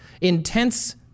intense